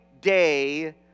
day